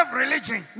religion